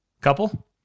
couple